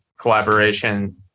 collaboration